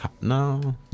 No